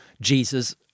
Jesus